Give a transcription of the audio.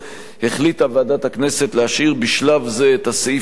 החליטה ועדת הכנסת להשאיר בשלב זה את הסעיף הקיים,